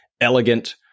elegant